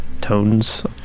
tones